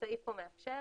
שהסעיף פה מאפשר,